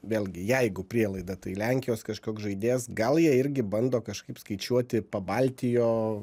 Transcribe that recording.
vėlgi jeigu prielaida tai lenkijos kažkoks žaidėjas gal jie irgi bando kažkaip skaičiuoti pabaltijo